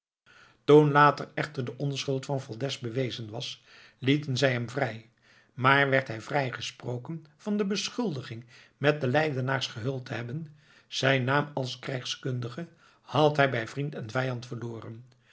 toen later echter de onschuld van valdez bewezen was lieten zij hem vrij maar werd hij vrij gesproken van de beschuldiging met de leidenaars geheuld te hebben zijn naam als krijgskundige had hij bij vriend en vijand verloren